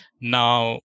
now